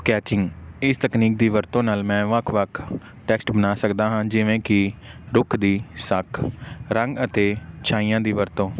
sketching ਇਸ ਤਕਨੀਕ ਇਸ ਦੀ ਵਰਤੋਂ ਨਾਲ ਮੈਂ ਵੱਖ ਵੱਖ ਟੈਕਸਟ ਬਣਾ ਸਕਦਾ ਹਾਂ ਜਿਵੇਂ ਕਿ ਰੁੱਖ ਦੀ ਸੱਖ ਰੰਗ ਅਤੇ ਛਾਹੀਆਂ ਦੀ ਵਰਤੋਂ